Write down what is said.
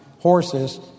horses